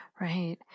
Right